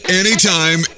anytime